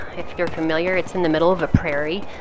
if you're familiar, it's in the middle of a prairie.